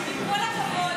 עם כל הכבוד,